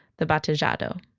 the batizado.